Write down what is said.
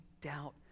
doubt